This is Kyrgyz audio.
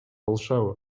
алышабы